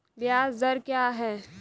ब्याज दर क्या है?